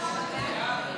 כהן.